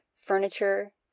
furniture